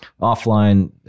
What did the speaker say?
Offline